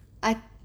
I